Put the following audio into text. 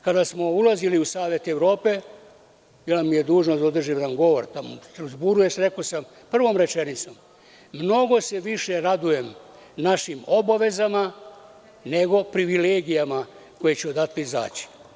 Kada smo ulazili u Savet Evrope, bila mi je dužnost da održim jedan govor u Strazburu, rekao sam prvom rečenicom – mnogo se više radujem našim obavezama nego privilegijama koje će odatle izaći.